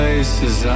Places